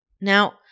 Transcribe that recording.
Now